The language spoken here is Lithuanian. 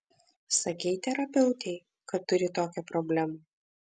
sakei terapeutei kad turi tokią problemą